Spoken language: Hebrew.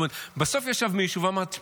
בסוף ישב מישהו ואמר: תשמעו,